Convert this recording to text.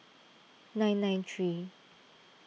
nine nine three